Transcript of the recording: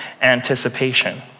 anticipation